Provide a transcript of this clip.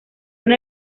una